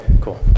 cool